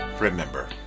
remember